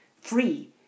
free